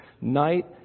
night